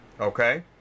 okay